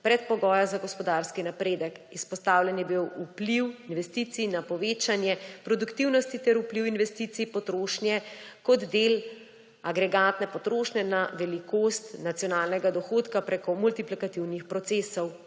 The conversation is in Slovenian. predpogoja za gospodarski napredek. Izpostavljen je bil vpliv investicij na povečanje produktivnosti ter vpliv investicij na potrošnjo kot del agregatne potrošnje na velikost nacionalnega dohodka preko multiplikativnih procesov.